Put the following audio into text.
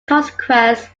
consequence